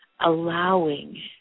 allowing